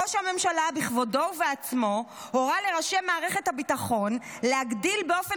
ראש הממשלה בכבודו ובעצמו הורה לראשי מערכת הביטחון להגדיל באופן